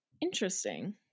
Interesting